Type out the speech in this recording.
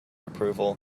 approval